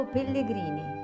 Pellegrini